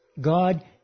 God